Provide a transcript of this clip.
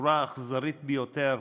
בצורה האכזרית ביותר,